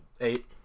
Eight